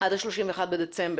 עד ה-31 בדצמבר